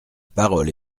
parole